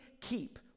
keep